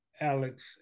Alex